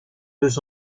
deux